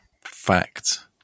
Fact